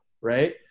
right